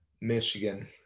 Michigan